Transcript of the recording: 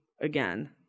again